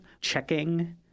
checking